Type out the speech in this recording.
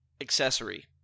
accessory